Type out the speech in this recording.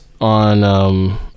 on